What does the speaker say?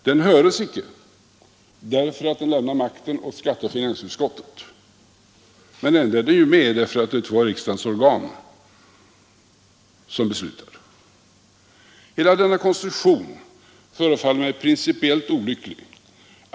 Den höres icke därför att den lämnar makten åt skatteoch finansutskotten, men ändå är den ju med, därför att det är två av riksdagens organ som beslutar. Hela denna konstruktion förefaller mig principiellt olycklig.